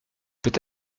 peut